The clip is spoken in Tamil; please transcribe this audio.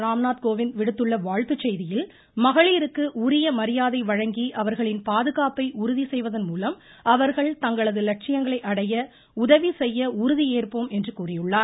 ராம்நாத் கோவிந்த் விடுத்துள்ள வாழ்த்துச் செய்தியில் மகளிருக்கு உரிய மரியாதை வழங்கி அவர்களின் பாதுகாப்பை உறுதி செய்வதன் மூலம் அவர்கள் தங்களது லட்சியங்களை அடைய உதவி செய்ய உறுதி ஏற்போம் என கூறியுள்ளார்